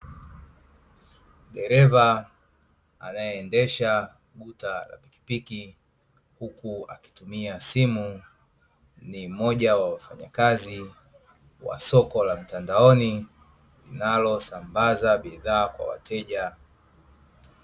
Dereva anaendesha guta la pikipiki huku akitumia simu. Ni mmoja wa wafanyakazi wa soko la mtandaoni, linalosambaza bidhaa kwa wateja.